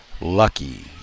lucky